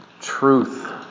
truth